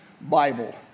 Bible